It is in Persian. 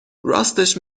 راستش